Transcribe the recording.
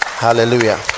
hallelujah